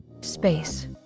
Space